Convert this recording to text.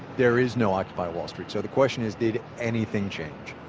there is no occupy wall street. so the question is did anything change?